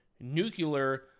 nuclear